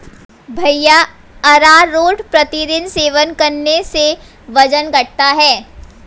भैया अरारोट प्रतिदिन सेवन करने से वजन घटता है